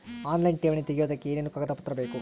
Online ಠೇವಣಿ ತೆಗಿಯೋದಕ್ಕೆ ಏನೇನು ಕಾಗದಪತ್ರ ಬೇಕು?